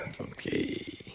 Okay